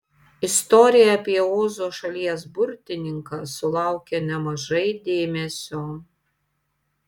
istorija apie ozo šalies burtininką sulaukia nemažai dėmesio